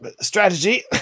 strategy